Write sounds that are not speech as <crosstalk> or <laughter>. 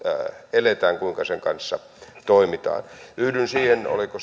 eletään ja kuinka sen kanssa toimitaan yhdyn siihen oliko <unintelligible>